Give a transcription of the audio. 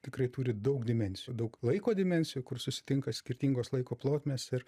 tikrai turi daug dimensijų daug laiko dimensijų kur susitinka skirtingos laiko plotmės ir